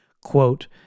quote